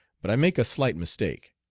but i make a slight mistake.